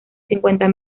cincuenta